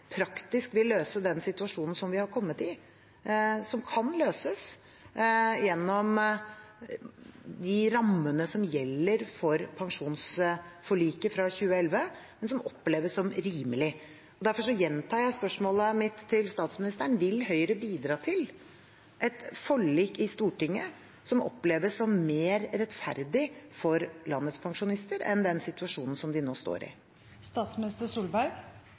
praktisk vil løse den situasjonen som vi har kommet i, som kan løses gjennom de rammene som gjelder for pensjonistforliket fra 2011, men som oppleves som rimelig. Derfor gjentar jeg spørsmålet mitt til statsministeren: Vil Høyre bidra til et forlik i Stortinget som oppleves som mer rettferdig for landets pensjonister enn den situasjonen som vi nå står